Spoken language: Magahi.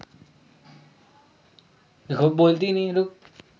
पानी के जीयान होय से बचाबे आऽ एकर कुशल उपयोग के लेल इ विधि कारगर होइ छइ